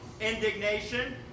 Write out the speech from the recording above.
indignation